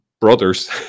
brothers